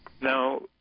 Now